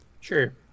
Sure